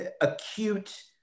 acute